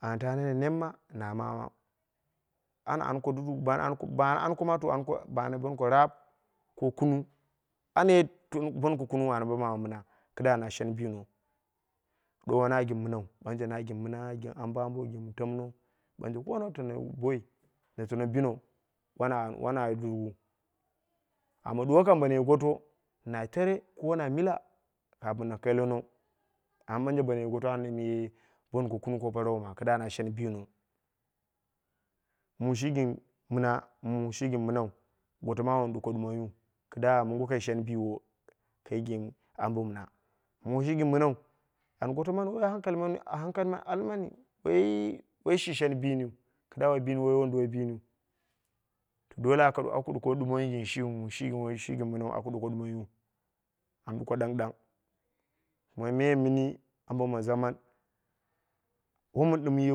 Ana ta nene nemma na mama, ana anko duduk, bana andkoma, bana andko rap ko kunung, ana ye banko kunung ana bo mama mina, ki duwa na shen bino. Duwa wona gin minau, ɓanje na gin mina gin ambo ambo gin tamno. Banje ko na tano boi, na tano bino, wona ye dudukwu. Amma duwa kam bono ye goto na tere ko na mila katin na kaileno. Amma ɓanje bono ye goto ana ye bonko kunung ko parau wu ma. Kida na shen bino, mu shi gin mina, mu woshi gin minau, goto mawu ana duko ɗumoiwu kida, mongo kai shen biwo kai gin ambo mina. Woshi gin minau, and goto mani, woi hankali mani woi shi shen biniu, kida bini, woi wondu wai biniu. Dole aku ɗumon gin shiu mumi shi gin nima aku duko ɗumoi. Aku duko ɗangɗang. moi me nimi ambo ma zaman wo min ɗim ye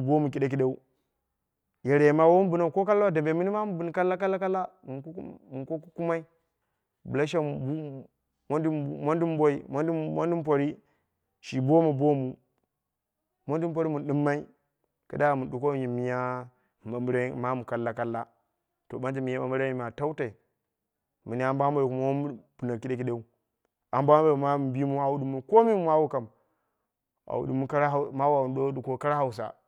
bomu kiɗekiɗu yerei wo wun binau ko kallau. Dembe mini ma mi bini kalla kalla kalla min ko kukumai. Bla shangmondin boi, mondin pori shi boma bomu, mondin pori min ɗimmai, kida min duko gin miya moi ɓambiren mamu kalla kalla. To banje miya ɓambiren ma tau tai. mini ambo amboi kuma wo min bina kiɗekiɗeu ambo ambo mi bimu an din komai mawu kam. mawu au do ɗuko kara hausa.